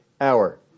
hour